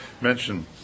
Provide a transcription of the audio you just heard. mention